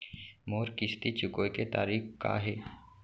मोर किस्ती चुकोय के तारीक का हे?